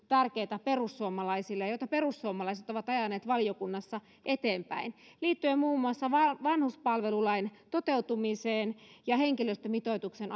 tärkeitä perussuomalaisille joita perussuomalaiset ovat ajaneet valiokunnassa eteenpäin liittyen muun muassa vanhuspalvelulain toteutumiseen ja henkilöstömitoituksen